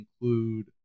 include